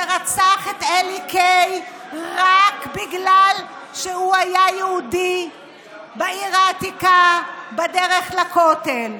שרצח את אלי קיי רק בגלל שהוא יהודי בדרך לכותל?